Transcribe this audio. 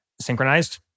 synchronized